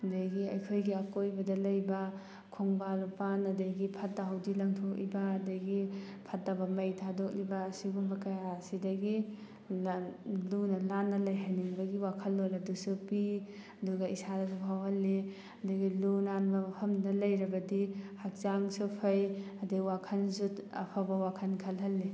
ꯑꯗꯒꯤ ꯑꯩꯈꯣꯏꯒꯤ ꯑꯀꯣꯏꯕꯗ ꯂꯩꯕ ꯈꯣꯡꯕꯥꯟ ꯂꯨꯄꯥꯟ ꯑꯗꯒꯤ ꯐꯠꯇ ꯍꯥꯎꯗꯤ ꯂꯪꯊꯣꯛꯏꯕ ꯑꯗꯒꯤ ꯐꯠꯇꯕ ꯃꯩ ꯊꯥꯗꯣꯛꯂꯤꯕ ꯑꯁꯤꯒꯨꯝꯕ ꯀꯌꯥ ꯑꯁꯤꯗꯒꯤ ꯂꯨꯅ ꯅꯥꯟꯅ ꯂꯩꯍꯟꯅꯤꯡꯕꯒꯤ ꯋꯥꯈꯜꯂꯣꯟ ꯑꯗꯨꯁꯨ ꯄꯤ ꯑꯗꯨꯒ ꯏꯁꯥꯗꯁꯨ ꯐꯥꯎꯍꯜꯂꯤ ꯑꯗꯒꯤ ꯂꯨ ꯅꯥꯟꯕ ꯃꯐꯝꯗ ꯂꯩꯔꯕꯗꯤ ꯍꯛꯆꯥꯡꯁꯨ ꯐꯩ ꯑꯗꯩ ꯋꯥꯈꯜꯁꯨ ꯑꯐꯕ ꯋꯥꯈꯜ ꯈꯜꯍꯜꯂꯤ